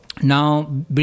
now